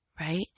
right